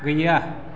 गैया